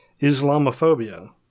Islamophobia